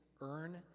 earn